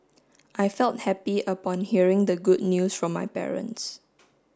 I felt happy upon hearing the good news from my parents